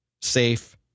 Safe